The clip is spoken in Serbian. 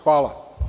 Hvala.